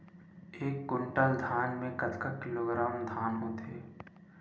एक कुंटल धान में कतका किलोग्राम धान होथे?